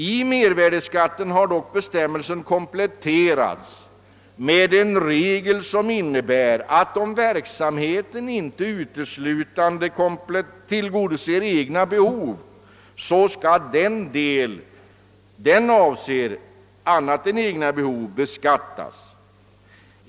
I fråga om mervärdeskatten har dock bestämmelsen kompletterats med en regel som innebär att om verksamheten inte uteslutande tillgodoser egna behov skall den del därav som avser annat än egna behov beskattas.